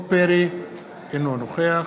אינו נוכח